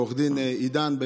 עו"ד עידן,